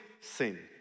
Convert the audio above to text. sin